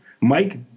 Mike